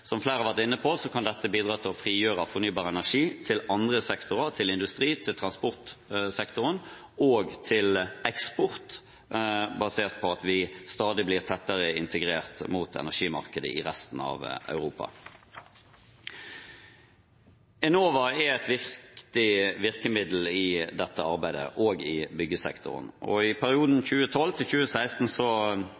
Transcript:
som flere har vært inne på, kan dette bidra til å frigjøre fornybar energi til andre sektorer, til industri, til transportsektoren og til eksport, basert på at vi stadig blir tettere integrert inn mot energimarkedet i resten av Europa. Enova er et viktig virkemiddel i dette arbeidet også i byggsektoren, og i perioden